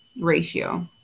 ratio